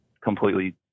completely